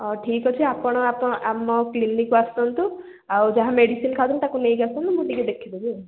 ଠିକ୍ ଅଛି ଆପଣ ଆମ କ୍ଲିନିକ୍କୁ ଆସନ୍ତୁ ଆଉ ଯାହା ମେଡ଼ିସିନ୍ ଖାଉଛନ୍ତି ତାକୁ ନେଇକି ଆସନ୍ତୁ ମୁଁ ଟିକିଏ ଦେଖିଦେବି ଆଉ